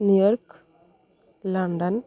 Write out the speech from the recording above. New York London